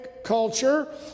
culture